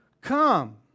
come